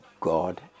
God